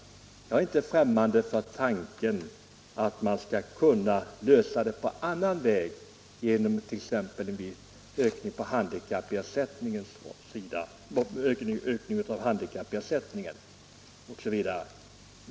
Jag är exempelvis inte främmande för tanken att frågan kan lösas genom en ökning av handikappersättningen.